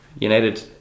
United